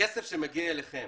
הכסף שמגיע אליכם,